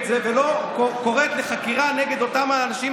זה ולא קוראת לחקירה נגד אותם אנשים,